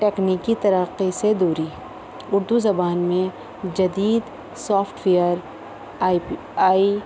تکنیکی ترقی سے دوری اردو زبان میں جدید سافٹویئر آئی